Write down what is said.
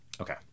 Okay